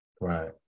Right